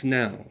now